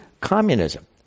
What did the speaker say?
Communism